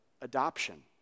adoption